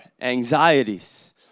anxieties